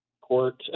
court